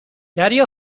دریا